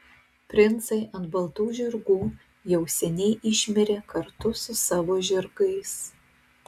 princai ant baltų žirgų jau seniai išmirė kartu su savo žirgais